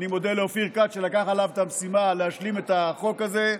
אני מודה לאופיר כץ שלקח עליו את המשימה להשלים את החוק הזה,